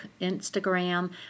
Instagram